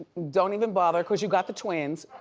don't even bother cause you got the twins.